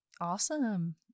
Awesome